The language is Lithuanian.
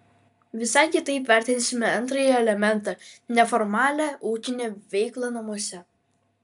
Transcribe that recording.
visai kitaip vertinsime antrąjį elementą neformalią ūkinę veiklą namuose